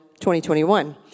2021